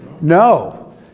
No